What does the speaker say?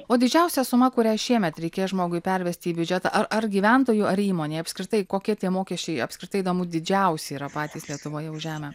o didžiausia suma kurią šiemet reikės žmogui pervesti į biudžetą ar ar gyventojui ar įmonei apskritai kokie tie mokesčiai apskritai įdomu didžiausi yra patys lietuvoje už žemę